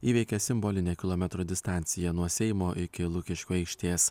įveikė simbolinę kilometro distanciją nuo seimo iki lukiškių aikštės